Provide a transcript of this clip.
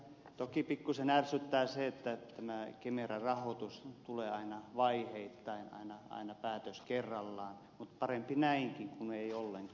toki pikkuisen ärsyttää se että tämä kemera rahoitus tulee aina vaiheittain aina päätös kerrallaan mutta parempi näinkin kuin ei ollenkaan